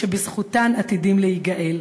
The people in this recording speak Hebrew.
שבזכותן עתידים להיגאל.